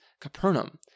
Capernaum